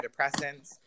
antidepressants